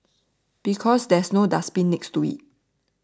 because there's no dustbin next to it